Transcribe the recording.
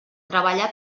treballà